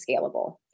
scalable